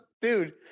Dude